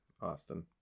Austin